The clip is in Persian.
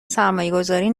سرمایهگذاری